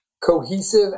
cohesive